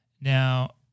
Now